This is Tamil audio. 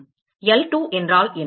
L2 என்றால் என்ன